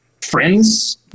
friends